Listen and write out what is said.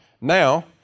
Now